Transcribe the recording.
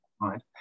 right